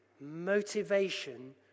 motivation